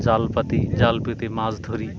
জাল পাতি জাল পেতে মাছ ধরি